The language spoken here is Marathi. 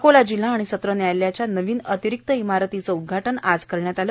अकोला जिल्हा व सत्र न्यायालयाच्या नवीन अतिरिक्त इमारतीचे उद्घाटन आज करण्यात आले